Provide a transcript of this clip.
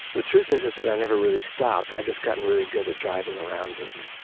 the truth is is that i never really stopped. i've just gotten really good at driving around it.